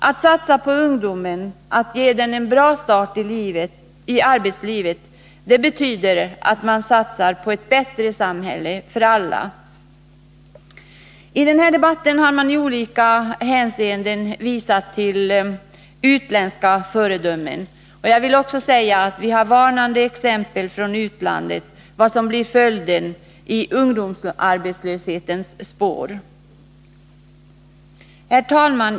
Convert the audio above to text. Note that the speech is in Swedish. Att satsa på ungdomen, att ge den en bra start i arbetslivet, betyder att man satsar på ett bättre samhälle för alla. I den här debatten har man i olika hänseenden hänvisat till utländska föredömen. Vi har varnande exempel från utlandet på vad som följer i ungdomsarbetslöshetens spår. Herr talman!